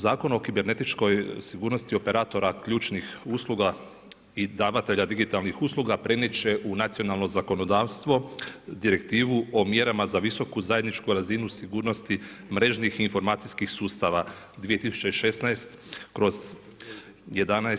Zakon o kibernetičkoj sigurnosti operatora ključnih usluga i davatelja digitalnih usluga prenijet će u nacionalno zakonodavstvo Direktivu o mjerama za visoku zajedničku razinu sigurnosti mrežnih i informacijskih sustava 2016/1148.